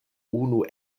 unu